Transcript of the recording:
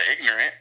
ignorant